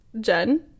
Jen